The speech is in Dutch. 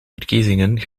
verkiezingen